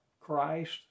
Christ